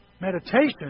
Meditation